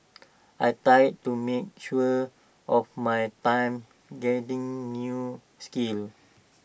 I tried to make use of my time gaining new skills